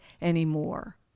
anymore